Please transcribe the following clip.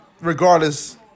regardless